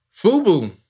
FUBU